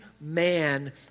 man